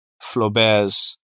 Flaubert's